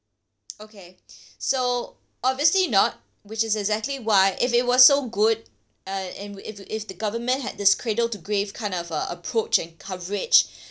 okay so obviously not which is exactly why if it was so good uh and with if if the government has this cradle to grave kind of uh approach and coverage